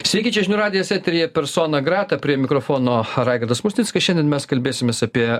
sveiki čia žinių radijas eteryje persona grata prie mikrofono raigardas musnickas šiandien mes kalbėsimės apie